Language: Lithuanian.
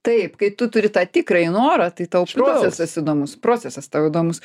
taip kai tu turi tą tikrąjį norą tai tau procesas įdomus procesas tau įdomus